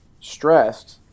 stressed